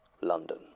London